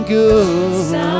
good